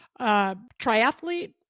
triathlete